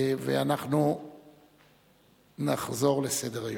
אנחנו נחזור לסדר-היום.